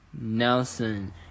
Nelson